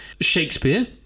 Shakespeare